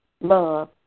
love